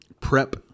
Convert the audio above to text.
prep